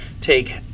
take